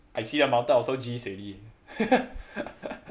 I see the mountain I also jizz already